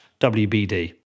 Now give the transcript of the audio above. WBD